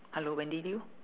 hello wendy do you